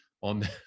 on